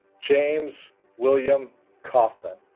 james william kauffman